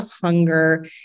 hunger